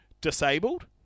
Disabled